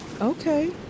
Okay